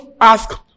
ask